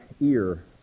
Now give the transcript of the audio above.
ear